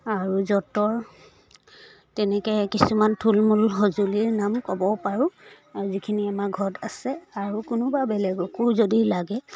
আৰু যঁতৰ তেনেকৈ কিছুমান থূলমূল সঁজুলিৰ নাম ক'ব পাৰোঁ আৰু যিখিনি আমাৰ ঘৰত আছে আৰু কোনোবা বেলেগকো যদি লাগে